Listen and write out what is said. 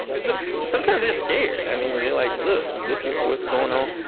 because sometimes they're scared. i mean, they're like, look, this is what's going on.